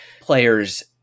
players